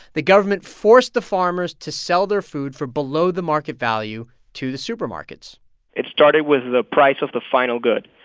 the government forced the farmers to sell their food for below the market value to the supermarkets it started with the price of the final good.